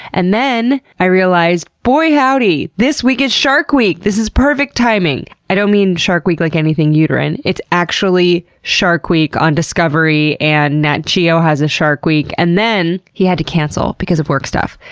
and then i realized, boy howdy! this week is shark week, this is perfect timing! i don't mean shark week like anything uterine, it's actually shark week on discovery, and nat geo has a shark week. and then, he had to cancel, because of work stuff.